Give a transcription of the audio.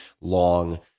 long